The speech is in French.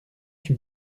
qui